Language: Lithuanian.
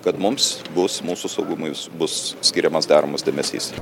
kad mums bus mūsų saugumui bus skiriamas deramas dėmesys